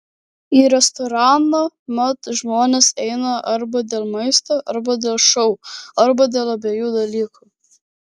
į restoraną mat žmonės eina arba dėl maisto arba dėl šou arba dėl abiejų dalykų